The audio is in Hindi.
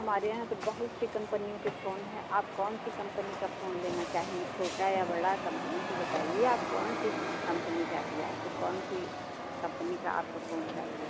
हमारे यहाँ तो बहुत सी कंपनियों के फोन हैं आप कोन सी कंपनी का फोन लेना चाहेंगी छोटी या बड़ी कंपनी तो बताइए आप कौन सी कंपनी चाहिए आपको कौन सी कंपनी का आपको फोन चाहिए